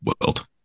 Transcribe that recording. world